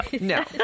No